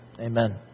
amen